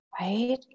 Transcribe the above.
right